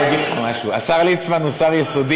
אני אגיד לך משהו: השר ליצמן הוא שר יסודי.